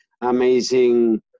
amazing